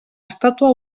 estàtua